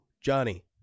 johnny